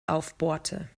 aufbohrte